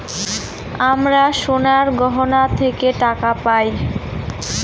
আমরা সোনার গহনা থেকে টাকা পায়